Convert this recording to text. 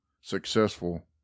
successful